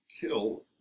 kill